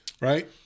right